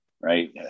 right